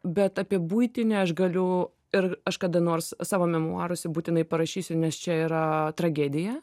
bet apie buitinę aš galiu ir aš kada nors savo memuaruose būtinai parašysiu nes čia yra tragedija